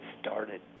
started